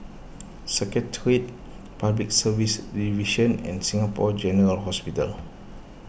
Secretariat Public Service Division and Singapore General Hospital